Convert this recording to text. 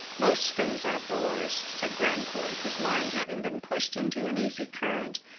most things are bores, said grandcourt, his mind having been pushed into an easy current,